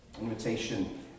Invitation